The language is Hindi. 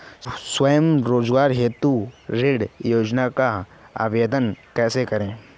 स्वरोजगार हेतु ऋण योजना का आवेदन कैसे करें?